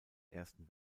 ersten